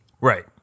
Right